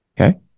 Okay